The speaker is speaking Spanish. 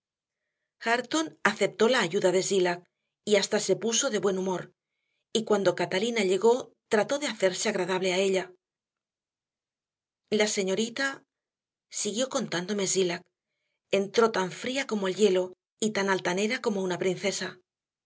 hareton aceptó la ayuda de zillah y hasta se puso de buen humor y cuando catalina llegó trató de hacerse agradable a ella la señorita siguió contándome zillah entró tan fría como el hielo y tan altanera como una princesa